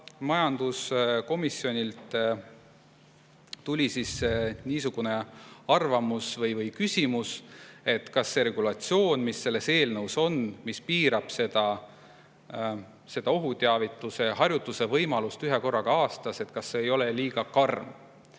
Majanduskomisjonilt tuli niisugune arvamus või küsimus, kas see regulatsioon, mis selles eelnõus on ja mis piirab ohuteavituse harjutamise võimalust ühe korraga aastas, ei ole liiga karm.